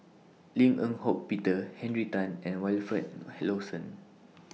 Lim Eng Hock Peter Henry Tan and Wilfed Lawson